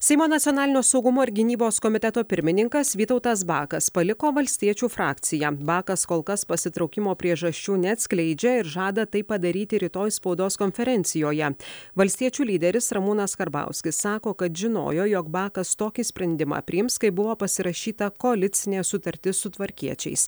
seimo nacionalinio saugumo ir gynybos komiteto pirmininkas vytautas bakas paliko valstiečių frakciją bakas kol kas pasitraukimo priežasčių neatskleidžia ir žada tai padaryti rytoj spaudos konferencijoje valstiečių lyderis ramūnas karbauskis sako kad žinojo jog bakas tokį sprendimą priims kai buvo pasirašyta koalicinė sutartis su tvarkiečiais